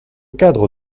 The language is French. cadre